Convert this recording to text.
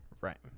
Right